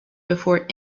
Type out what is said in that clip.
before